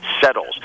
settles